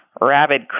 rabid